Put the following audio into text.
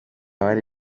abari